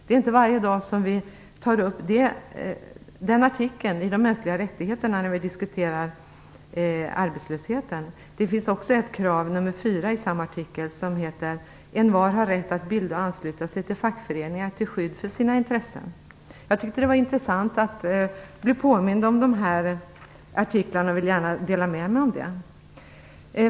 Det är inte varje dag som vi tar upp den artikeln om de mänskliga rättigheterna när vi diskuterar arbetslösheten. "Envar har rätt att bilda och ansluta sig till fackföreningar till skydd för sina intressen." Jag har tyckt att det varit intressant att bli påmind om dessa skrivningar och har velat dela med mig av dem.